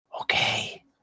Okay